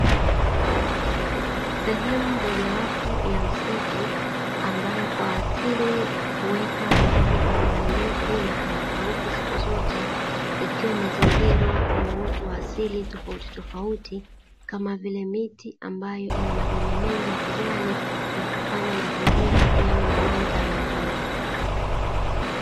Sehemu mojawapo ya msitu ambayo kwa asili huweka maji kwa muda mrefu na haya kauki siku zote, ikiwa imezingirwa na uoto wa asili tofautitofauti kama vile miti ina majani mengi ya kijani na kufanya mazingira yawe na mandhari nzuri.